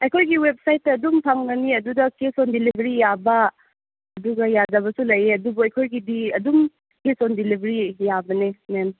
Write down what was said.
ꯑꯩꯈꯣꯏꯒꯤ ꯋꯦꯕꯁꯥꯏꯠꯇ ꯑꯗꯨꯝ ꯐꯪꯒꯅꯤ ꯑꯗꯨꯗ ꯀꯦꯁ ꯑꯣꯟ ꯗꯤꯂꯤꯕꯔꯤ ꯌꯥꯕ ꯑꯗꯨꯒ ꯌꯥꯗꯕꯁꯨ ꯂꯩꯌꯦ ꯑꯗꯨꯕꯨ ꯑꯩꯈꯣꯏꯒꯤꯗꯤ ꯑꯗꯨꯝ ꯀꯦꯁ ꯑꯣꯟ ꯗꯤꯂꯤꯕꯔꯤ ꯌꯥꯕꯅꯦ ꯃꯦꯝ